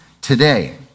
today